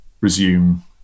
resume